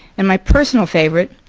and my personal favorite,